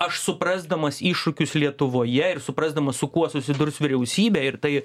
aš suprasdamas iššūkius lietuvoje ir suprasdamas su kuo susidurs vyriausybė ir tai